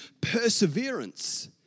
perseverance